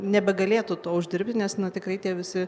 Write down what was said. nebegalėtų to uždirbti nes tikrai tie visi